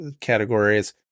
categories